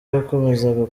yakomezaga